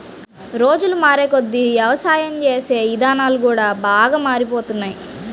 రోజులు మారేకొద్దీ యవసాయం చేసే ఇదానాలు కూడా బాగా మారిపోతున్నాయ్